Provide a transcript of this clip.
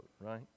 right